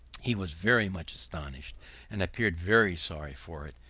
he was very much astonished and appeared very sorry for it.